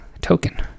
token